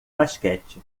basquete